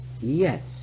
yes